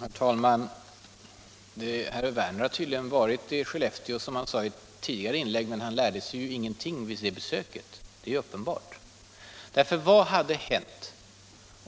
Herr talman! Herr Werner sade i sitt tidigare inlägg att han hade varit i Skellefteå. Men det är alldeles uppenbart att han då inte lärde sig någonting av besöket. För vad hade hänt med Algots Nord,